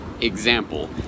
example